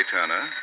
Turner